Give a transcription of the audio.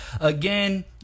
again